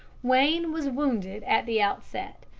wayne was wounded at the outset,